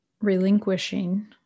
relinquishing